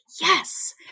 yes